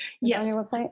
Yes